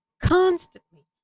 constantly